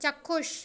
চাক্ষুষ